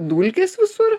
dulkės visur